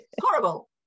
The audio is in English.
horrible